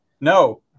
No